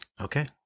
okay